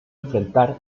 enfrentar